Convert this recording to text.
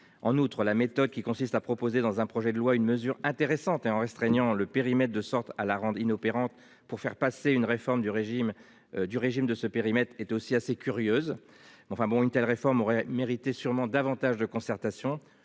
En outre, la méthode qui consiste à proposer dans un projet de loi une mesure intéressante et en restreignant le périmètre de sorte à la rendre inopérante pour faire passer une réforme du régime du régime de ce périmètre est aussi assez curieuse mais enfin bon. Une telle réforme aurait mérité sûrement davantage de concertation,